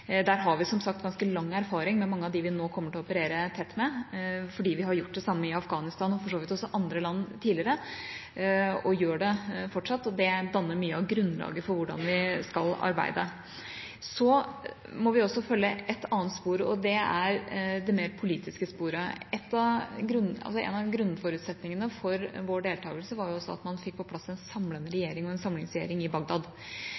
Der har vi som sagt ganske lang erfaring med mange av dem vi nå kommer til å operere tett med, fordi vi har gjort det samme i Afghanistan og for så vidt også andre land tidligere, og gjør det fortsatt. Det danner mye av grunnlaget for hvordan vi skal arbeide. Så må vi også følge et annet spor, og det er det mer politiske sporet. En av grunnforutsetningene for vår deltakelse var at man fikk på plass en samlende regjering, en samlingsregjering i Bagdad.